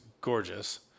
gorgeous